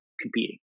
competing